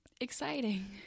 exciting